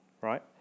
right